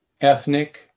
ethnic